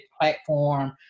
platform